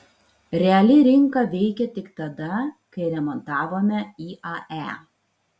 reali rinka veikė tik tada kai remontavome iae